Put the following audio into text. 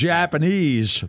Japanese